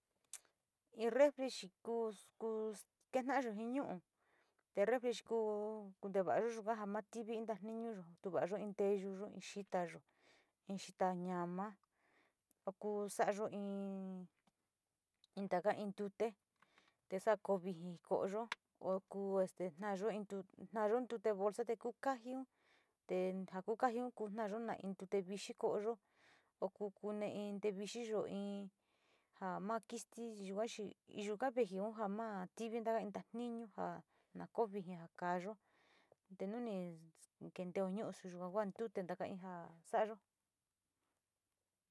In refri chi ku, ku sta´ayo ji nu´u, te refri kute kunte va´ayo ja ma tivi in tatiñuyo, tuva´ayo in teyuyo, xiayo, in xita ñama, ku sa´ayo in, taka in ntute te saa ku viiji ko´oyo o ku taayo ntote bolsa te ku kojjun, te ja ku kojjun ku nayo na in tote vixi chi koyoo o ku kune in tute vixiyo ja ma skiti´iyi yua vejiun ku ja ma tivi taka in tatinu na ko viji ja yo vitanuni kenteo nu´u su yua taka in ja sa´ayo.